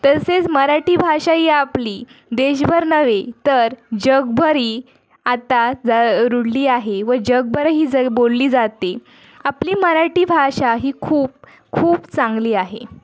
तसेच मराठी भाषा ही आपली देशभर नव्हे तर जगभरही आता ज रुढली आहे व जगभरही जर बोलली जाते आपली मराठी भाषा ही खूप खूप चांगली आहे